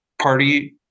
party